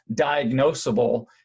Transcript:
diagnosable